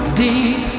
deep